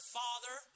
father